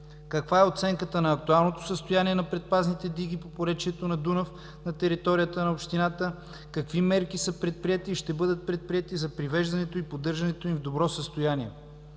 каква е оценката на актуалното състоянието на предпазните диги по поречието на Дунав на територията на общината? Какви мерки са предприети и ще бъдат предприети за привеждането и поддържането им в добро състояние?